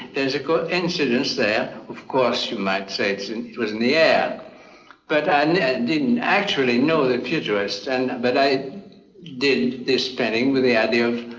there's a coincidence there of course you might say it and was in the air but i didn't actually know the futurists and but i did this painting with the idea of